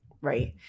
Right